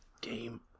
game